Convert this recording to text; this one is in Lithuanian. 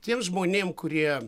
tiems žmonėm kurie